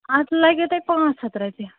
اَتھ لگیو تۄہہِ پانٛژھ ہَتھ رۄپیہِ